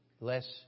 less